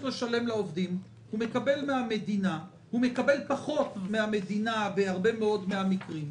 לשלם לעובדים והוא מקבל פחות מן המדינה בהרבה מאוד מן המקרים.